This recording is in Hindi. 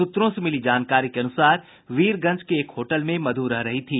सूत्रों से मिली जानकारी के अनुसार वीरगंज के एक होटल में मधु रह रही थी